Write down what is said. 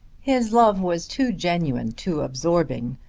his love was too genuine, too absorbing,